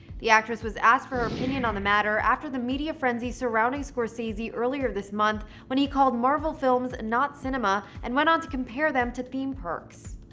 the actress was asked for her opinion on the matter after the media frenzy surrounding scorsese earlier this month, when he called marvel films not cinema and went on to compare them to theme parks.